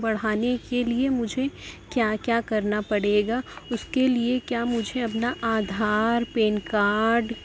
بڑھانے کے لیے مجھے کیا کیا کرنا پڑے گا اس کے لیے کیا مجھے اپنا آدھار پین کارڈ